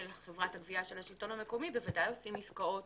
של חברת הגבייה של השלטון המקומי בוודאי עושים עסקאות